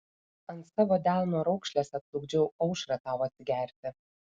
ant savo delno raukšlės atplukdžiau aušrą tau atsigerti